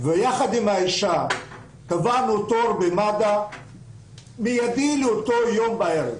ויחד עם האישה קבענו תור במד"א מיידי לאותו יום בערב,